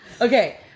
okay